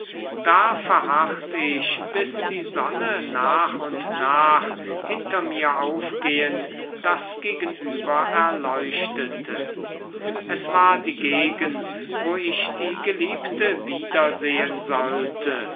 da verharrt ich bis die sonne nach und nach hinter mir aufgehend das gegenüber erleuchtete es war die gegend wo ich die geliebte wieder sehen sollte